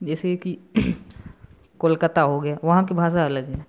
जैसे कि कोलकता हो गए वहाँ की भाषा अलग है